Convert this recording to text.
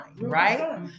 right